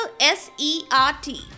S-E-R-T